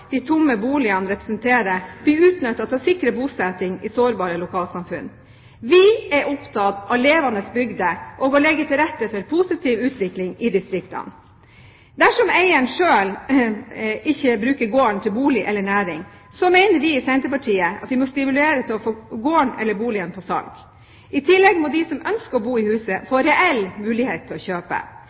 de tomme boligene representerer, blir utnyttet til å sikre bosetting i sårbare lokalsamfunn. Vi er opptatt av levende bygder og å legge til rette for positiv utvikling i distriktene. Dersom eieren selv ikke bruker gården til bolig eller næring, mener vi i Senterpartiet at vi må stimulere til å få gården eller boligen på salg. I tillegg må de som ønsker å bo i huset, få reell mulighet til å kjøpe.